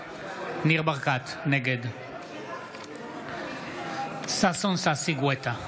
ניר ברקת, נגד ששון ששי גואטה,